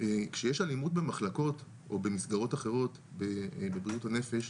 כשיש אלימות במחלקות או במסגרות אחרות בבריאות הנפש,